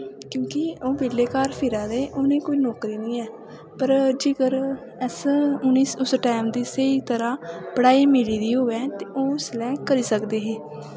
क्योंकि ओह् बेह्ले घर फिरा दे उ'नें गी कोई नौकरी निं ऐ पर जेकर अस उस टैम दी स्हेई तरह् पढ़ाई मिली दी होऐ ते ओह् उसलै करी सकदे हे